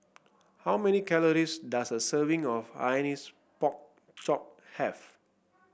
how many calories does a serving of Hainanese Pork Chop have